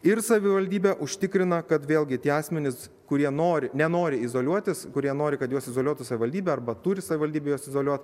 ir savivaldybė užtikrina kad vėlgi tie asmenys kurie nori nenori izoliuotis kurie nori kad juos izoliuotų savivaldybė arba turi savivaldybė juos izoliuot